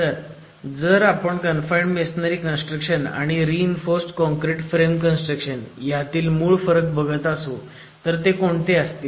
तर जर आपण कनफाईण्ड मेसोनरी कन्स्ट्रक्शन आणि reinforced concrete frame construction हयामधील मूळ फरक बघत असू तर ते कोणते असतील